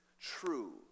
true